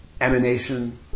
emanation